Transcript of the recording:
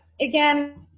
again